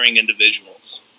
individuals